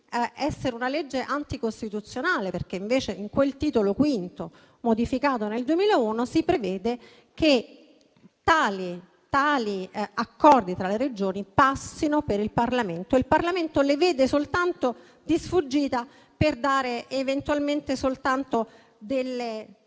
fare una legge anticostituzionale, perché invece, nel Titolo V, come modificato nel 2001, si prevede che tali accordi tra le Regioni passino per il Parlamento. Il Parlamento le vede invece soltanto di sfuggita, per dare eventualmente soltanto dei